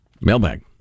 mailbag